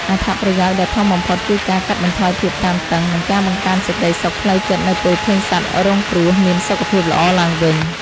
អត្ថប្រយោជន៍ដ៏ធំបំផុតគឺការកាត់បន្ថយភាពតានតឹង និងការបង្កើនសេចក្ដីសុខផ្លូវចិត្តនៅពេលឃើញសត្វរងគ្រោះមានសុខភាពល្អឡើងវិញ។